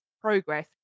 progress